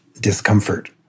discomfort